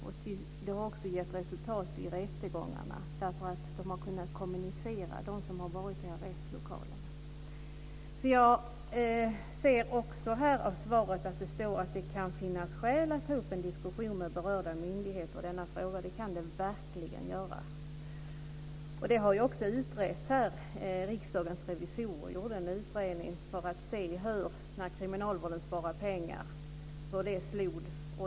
Det har visat sig på resultaten vid rättegångarna att de som suttit i arrestlokalerna har kunnat kommunicera med varandra. Jag ser av svaret att det kan finnas skäl att ta upp en diskussion med berörda myndigheter i denna fråga. Det kan det verkligen. Riksdagens revisorer har gjort en utredning för att se hur det slog när kriminalvården sparade pengar.